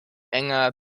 enger